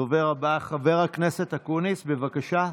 הדובר הבא, חבר הכנסת אקוניס, בבקשה.